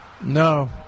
No